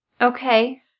Okay